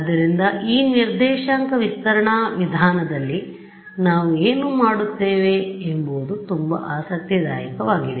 ಆದ್ದರಿಂದ ಈ ನಿರ್ದೇಶಾಂಕ ವಿಸ್ತರಣಾ ವಿಧಾನದಲ್ಲಿ ನಾವು ಏನು ಮಾಡುತ್ತೇವೆ ಎಂಬುದು ತುಂಬಾ ಆಸಕ್ತಿದಾಯಕವಾಗಿದೆ